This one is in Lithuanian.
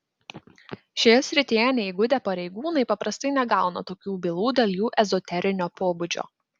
šioje srityje neįgudę pareigūnai paprastai negauna tokių bylų dėl jų ezoterinio pobūdžio